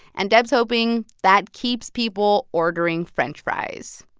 and deb's hoping that keeps people ordering french fries.